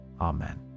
Amen